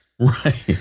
Right